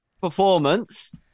Performance